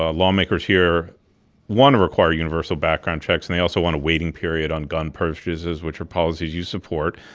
ah lawmakers here want to require universal background checks. and they also want a waiting period on gun purchases, which are policies you support.